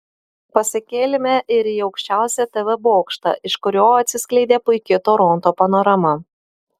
pasikėlėme ir į aukščiausią tv bokštą iš kurio atsiskleidė puiki toronto panorama